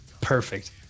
Perfect